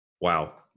Wow